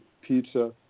pizza